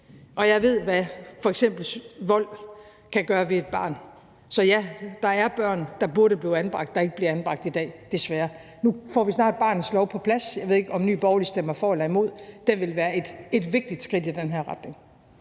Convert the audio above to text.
og jeg ved, hvad f.eks. vold kan gøre ved et barn. Så ja, der er børn, der burde blive anbragt, og som ikke bliver anbragt i dag, desværre. Nu får vi snart barnets lov på plads. Jeg ved ikke, om Nye Borgerlige stemmer for eller imod. Det ville være et vigtigt skridt i den her retning.